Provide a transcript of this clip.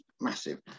massive